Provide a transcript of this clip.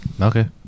Okay